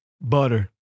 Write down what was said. Butter